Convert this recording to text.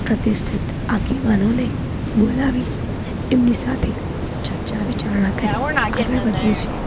પ્રતિષ્ઠિત આગેવાનોને બોલાવી એમની સાથે ચર્ચા વિચારણા કરી આગળ વધીએ છીએ